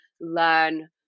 learn